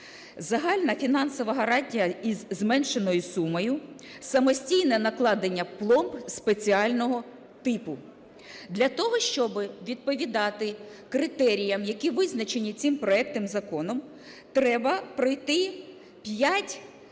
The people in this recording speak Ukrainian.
загальна фінансова гарантія із зменшеною сумою, самостійне накладення пломб спеціального типу. Для того, щоб відповідати критеріям, які визначені цим проектом закону треба пройти п'ять